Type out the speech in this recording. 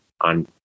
on